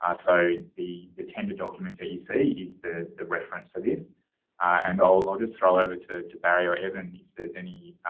ah so the, the tender document that you see is the the reference for this and i'll just throw over to to barry or evan if there's any,